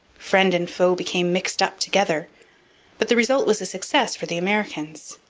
friend and foe became mixed up together but the result was a success for the americans.